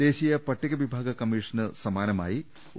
ദേശീയ പട്ടികവിഭാഗ കമ്മീഷന് സമാനമായി ഒ